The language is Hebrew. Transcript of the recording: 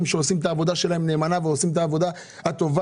שעושים את העבודה שלהם נאמנה ועושים את העבודה הטובה.